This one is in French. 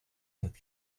cette